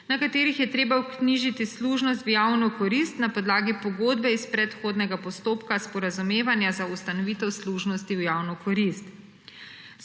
na katerih je treba vknjižiti služnost v javno korist na podlagi pogodbe iz predhodnega postopka sporazumevanja za ustanovitev služnosti v javno korist.